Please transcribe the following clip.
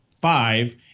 five